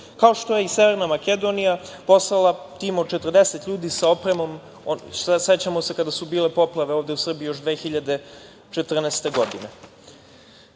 kao što je i Severna Makedonija poslala tim od 40 ljudi sa opremom, sećamo kada su bile poplave ovde u Srbiji još 2014. godine. Znači,